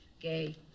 Gay